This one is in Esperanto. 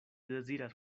deziras